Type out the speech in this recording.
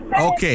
Okay